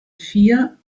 vier